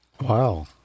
Wow